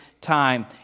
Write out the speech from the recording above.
time